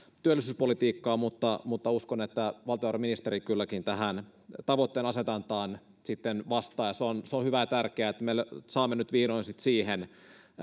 työllisyyspolitiikkaan mutta mutta uskon että valtiovarainministeri kylläkin tähän tavoitteenasetantaan sitten vastaa on hyvä ja tärkeää että me saamme nyt vihdoin sitten siihen